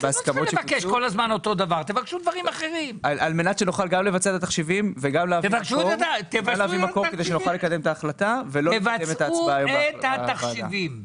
על מנת שנוכל לבצע את התחשיבים ולהביא מקור -- תבצעו את התחשיבים,